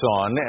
on